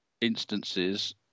instances